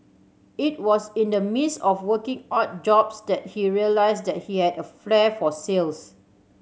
it was in the midst of working odd jobs that he realised that he had a flair for sales